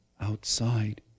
outside